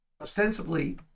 ostensibly